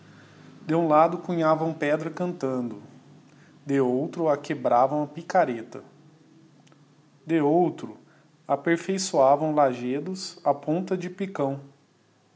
de um lado cunhavam pedra cantando de outro a quebravam a picareta de outro aperfeiçoavam lagedos á ponta de picão